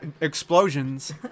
explosions